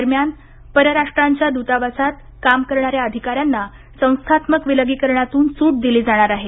दरम्यान परराष्ट्रांच्या दुतावासात कामकरणाऱ्या अधिकाऱ्यांना संस्थात्मक विलगीकरणातून सुट दिली जाणार आहे